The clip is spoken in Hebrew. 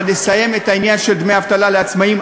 אבל נסיים את העניין של דמי אבטלה לעצמאים,